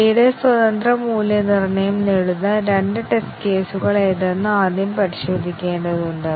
short circuit മൂല്യനിർണ്ണയം കാരണം ഞങ്ങൾക്ക് അത്തരം ടെസ്റ്റ് കേസുകൾ ഉണ്ടായിരിക്കുകയും നടപ്പിലാക്കുകയും ചെയ്യേണ്ടതില്ല